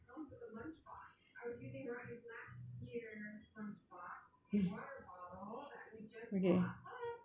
hmm okay